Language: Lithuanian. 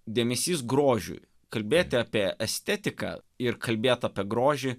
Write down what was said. dėmesys grožiui kalbėti apie estetiką ir kalbėt apie grožį